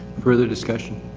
further discussion